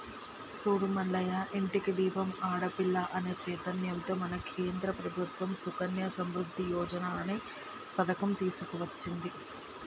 చూడు మల్లయ్య ఇంటికి దీపం ఆడపిల్ల అనే చైతన్యంతో మన కేంద్ర ప్రభుత్వం సుకన్య సమృద్ధి యోజన అనే పథకం తీసుకొచ్చింది